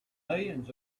millions